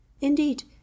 indeed